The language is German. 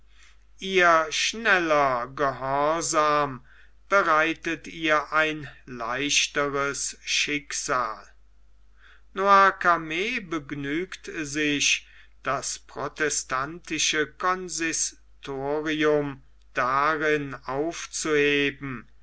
ihr schneller gehorsam bereitet ihr ein leichteres schicksal noircarmes begnügt sich das protestantische consistorium darin auszuüben